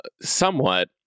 somewhat